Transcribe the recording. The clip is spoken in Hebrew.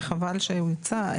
וחבל שהוא יצא,